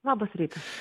labas rytas